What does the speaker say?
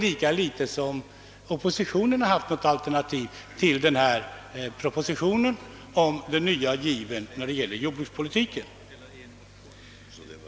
Lika litet som andra hade han något alternativ till propositionens nya giv för jordbrukspolitiken.